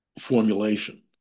formulation